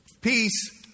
Peace